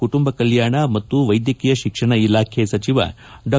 ಕುಟುಂಬ ಕಲ್ಮಾಣ ಮತ್ತು ವೈದ್ಯಕೀಯ ಶಿಕ್ಷಣ ಇಲಾಖೆ ಸಚಿವ ಡಾ